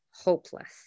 hopeless